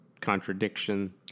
contradiction